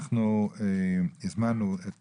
הזמנו את